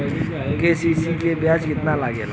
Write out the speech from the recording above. KCC में ब्याज कितना लागेला?